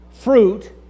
fruit